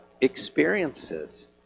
experiences